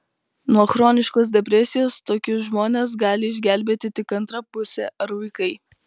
nuo chroniškos depresijos tokius žmones gali išgelbėti tik antra pusė ar vaikai